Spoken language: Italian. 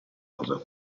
cosa